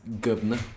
Governor